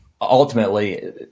Ultimately